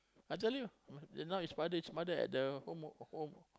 I tell you now his father his mother at the home o~ home